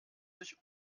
sich